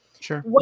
Sure